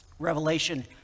Revelation